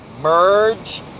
Merge